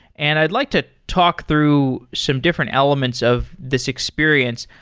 and i'd like to talk through some different elements of this experience.